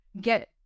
get